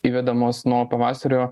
įvedamos nuo pavasario